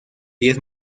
diez